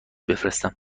بفرستم